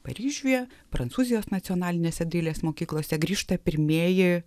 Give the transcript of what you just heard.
paryžiuje prancūzijos nacionalinėse dailės mokyklose grįžta pirmieji